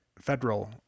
federal